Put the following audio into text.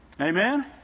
amen